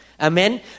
Amen